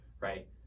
right